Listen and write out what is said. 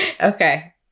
Okay